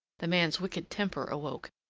the man's wicked temper awoke,